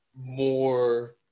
more